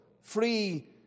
free